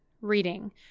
reading